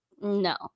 no